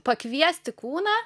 pakviesti kūną